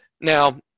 Now